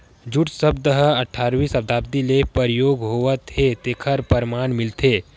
jute सब्द ह अठारवी सताब्दी ले परयोग होवत हे तेखर परमान मिलथे